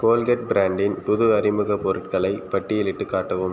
Colgate பிராண்டின் புது அறிமுகப் பொருட்களை பட்டியலிட்டுக் காட்டவும்